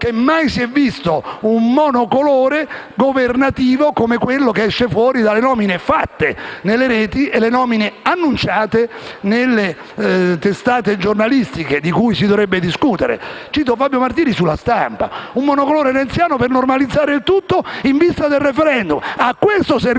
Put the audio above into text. detto che mai si è visto un monocolore governativo come quello che esce fuori dalle nomine fatte nelle reti e dalle nomine annunciate nelle testate giornalistiche di cui si dovrebbe discutere. Questo lo dice Fabio Martini su «La Stampa». Un monocolore renziano per normalizzare il tutto in vista del *referendum.* A questo serviva